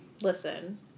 Listen